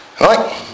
Right